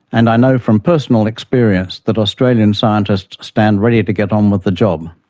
and i know from personal experience that australian scientists stand ready to get on with the job.